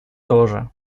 тоже